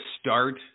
start